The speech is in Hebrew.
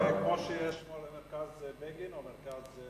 זה כמו שיש מרכז בגין או מרכז,